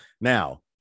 Now